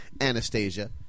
Anastasia